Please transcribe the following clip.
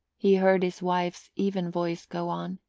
he heard his wife's even voice go on,